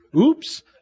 Oops